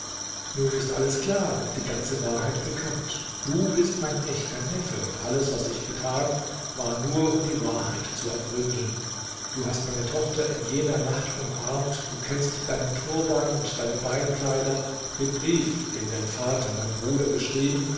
nun ist alles klar und die ganze wahrheit bekannt du bist mein echter neffe und alles was ich getan war nur um die wahrheit zu ergründen du hast meine tochter in jener nacht umarmt du kennst deinen turban und deine beinkleider den brief den dein vater mein bruder geschrieben